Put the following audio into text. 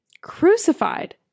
crucified